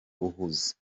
uhuze